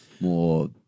More